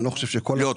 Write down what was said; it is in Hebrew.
לא,